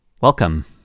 Welcome